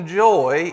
joy